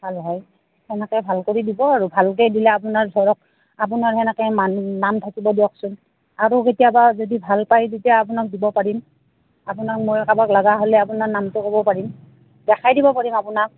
ভাল হয় সেনেকে ভাল কৰি দিব আৰু ভালকে দিলে আপোনাৰ ধৰক আপোনাৰ সেনেকে মান নাম থাকিব দিয়কচোন আৰু কেতিয়াবা যদি ভাল পায় তেতিয়া আপোনাক দিব পাৰিম আপোনাক মই কাৰাবাক লগা হ'লে আপোনাৰ নামটো ক'ব পাৰিম দেখাই দিব পাৰিম আপোনাক